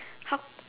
how